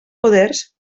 poders